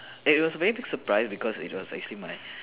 eh it was a very big surprise because it was actually my